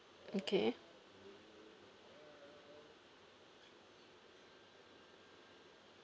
okay